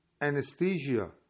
anesthesia